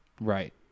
Right